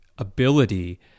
ability